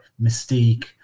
mystique